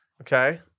Okay